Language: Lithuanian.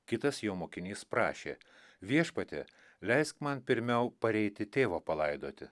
kitas jo mokinys prašė viešpatie leisk man pirmiau pareiti tėvo palaidoti